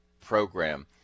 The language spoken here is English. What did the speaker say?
program